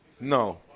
No